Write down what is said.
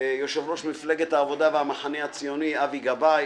יושב ראש מפלגת העבודה והמחנה הציוני אבי גבאי,